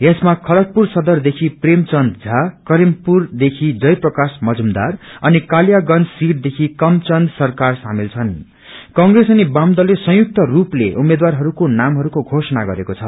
यसमा खज़गपुर सदरदेख प्रमे चन्द झा करीमपुरदेखि जय प्राकाश् मजुमदार अनि कालयिगंज सिटदेखि कमचन्द सरकार शामेल छन् कंप्रेस अनि वामदलले संयुक्त रूपले उम्मेद्वारहरूको मानहरूको घोषणा गरेको छ